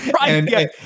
Right